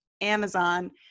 Amazon